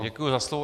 Děkuji za slovo.